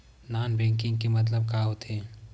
Non banking के मतलब का होथे?